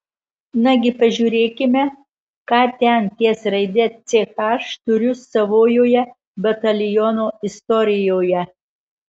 nagi pažiūrėkime ką ten ties raide ch turiu savojoje bataliono istorijoje